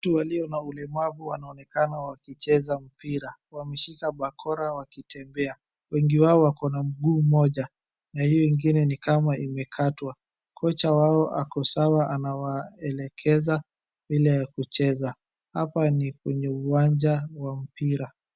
Watu walio na ulemavu wanaonekana wakicheza mpira. Wameshika bakora wakitembea. Wengi wao wako na mguu mmoja, na hiyo ingine ni kama imekatwa. Kocha wao ako sawa anawaelekeza vile ya kucheza. Hapa ni kwenye uwanja wa mpira.